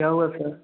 क्या हुआ सर